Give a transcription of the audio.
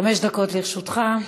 חמש דקות לרשותך.